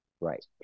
Right